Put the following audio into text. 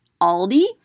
Aldi